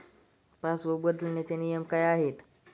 Passbook बदलण्याचे नियम काय आहेत?